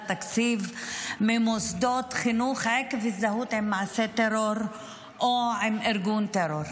תקציב ממוסדות חינוך עקב הזדהות עם מעשה טרור או עם ארגון טרור.